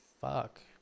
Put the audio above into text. fuck